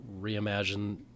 reimagine